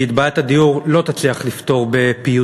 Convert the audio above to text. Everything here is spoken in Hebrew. כי את בעיית הדיור לא תצליח לפתור בפיוטים: